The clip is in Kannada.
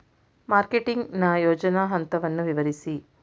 ಮಾರ್ಕೆಟಿಂಗ್ ನ ಯೋಜನಾ ಹಂತವನ್ನು ವಿವರಿಸಿ?